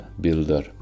builder